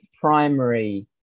primary